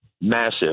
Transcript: Massive